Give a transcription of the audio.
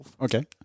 Okay